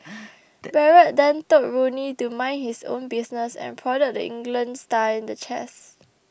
Barrett then told Rooney to mind his own business and prodded the England star in the chest